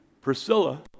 Priscilla